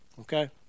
Okay